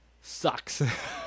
sucks